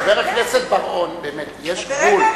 חבר הכנסת בר-און, באמת, יש גבול.